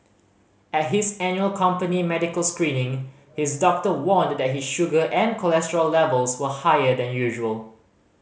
at his annual company medical screening his doctor warned that his sugar and cholesterol levels were higher than usual